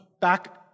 back